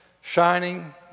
shining